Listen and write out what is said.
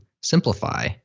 simplify